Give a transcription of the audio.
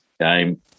game